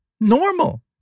normal